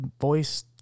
voice